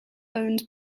owned